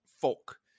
folk